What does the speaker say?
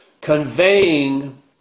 conveying